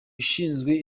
ushinzwe